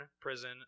prison